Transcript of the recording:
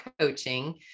coaching